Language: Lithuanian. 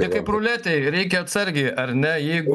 tai taip ruletėj reikia atsargiai ar ne jeigu